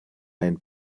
ein